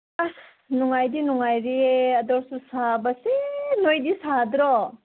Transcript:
ꯑꯁ ꯅꯨꯡꯉꯥꯏꯗꯤ ꯅꯨꯡꯉꯥꯏꯔꯤꯌꯦ ꯑꯗꯨ ꯑꯣꯏꯔꯁꯨ ꯁꯥꯕꯁꯤ ꯅꯣꯏꯗꯤ ꯁꯥꯗ꯭ꯔꯣ